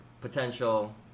potential